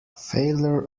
failure